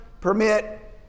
permit